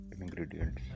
ingredients